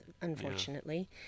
unfortunately